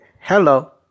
Hello